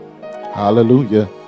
Hallelujah